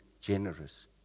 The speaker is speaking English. generous